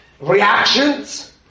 reactions